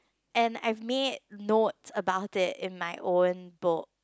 and I've made note about it in my own book